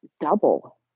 double